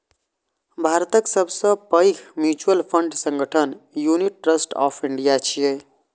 भारतक सबसं पैघ म्यूचुअल फंड संगठन यूनिट ट्रस्ट ऑफ इंडिया छियै